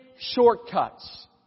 shortcuts